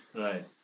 Right